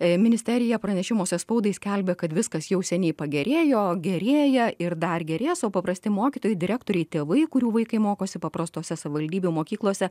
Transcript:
jei ministerija pranešimuose spaudai skelbia kad viskas jau seniai pagerėjo gerėja ir dar gerės o paprasti mokytojai direktoriai tėvai kurių vaikai mokosi paprastose savivaldybių mokyklose